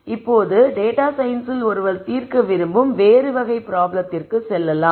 இப்போது டேட்டா சயின்ஸில் ஒருவர் தீர்க்க விரும்பும் வேறு வகை பிராப்ளத்திற்கு செல்லலாம்